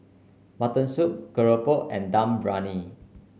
Mutton Soup Keropok and Dum Briyani